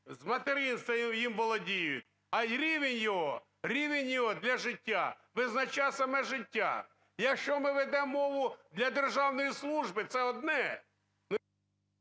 з материнства їм володіють. А рівень його, рівень його для життя визначає саме життя. Якщо ми ведемо мову для державної служби, це одне…